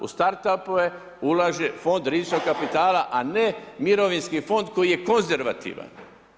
U Start apove ulaže Fond rizičnog kapitala, a ne Mirovinski fond koji je konzervativan.